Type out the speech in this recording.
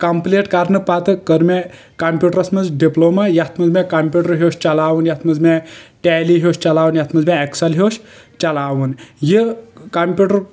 complete کرنہٕ پتہٕ کٔر مےٚ کمپوٹرس منٛز ڈپلوما یتھ منٛز مےٚ کمپوٹر ہیٚوچھ چلاوُن یتھ منٛز مےٚ ٹیلی ہیٚوچھ چلاون یتھ منٛز مےٚ اٮ۪کسل ہیٚوچھ چلاوُن یہِ کمپوٹر